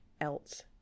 else